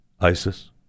ISIS